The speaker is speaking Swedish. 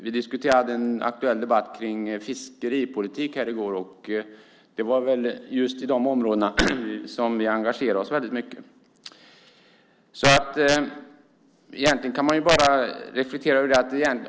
Vi hade en aktuell debatt om fiskeripolitik här i går, och det var just på de här områdena som vi engagerade oss väldigt mycket.